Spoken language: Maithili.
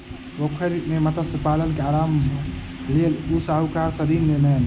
पोखैर मे मत्स्य पालन के आरम्भक लेल ओ साहूकार सॅ ऋण लेलैन